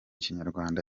kinyarwanda